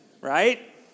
Right